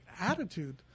attitude